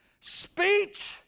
speech